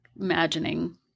imagining